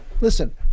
Listen